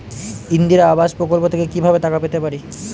ইন্দিরা আবাস প্রকল্প থেকে কি ভাবে টাকা পেতে পারি?